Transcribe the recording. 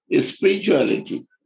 spirituality